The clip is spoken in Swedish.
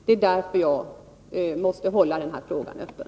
Det är därför jag måste hålla den här frågan öppen.